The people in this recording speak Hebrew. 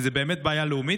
כי זו באמת בעיה לאומית,